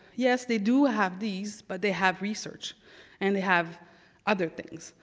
yes they do have these, but they have research and they have other things.